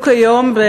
לשאת את דברה.